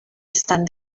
están